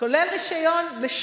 כולל רשיון לעיתון.